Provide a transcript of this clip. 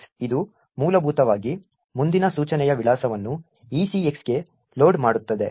cx ಇದು ಮೂಲಭೂತವಾಗಿ ಮುಂದಿನ ಸೂಚನೆಯ ವಿಳಾಸವನ್ನು ECX ಗೆ ಲೋಡ್ ಮಾಡುತ್ತದೆ